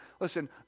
Listen